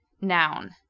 noun